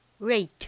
rate 、